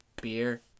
beer